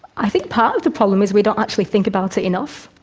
i think part of the problem is we don't actually think about it enough.